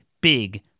big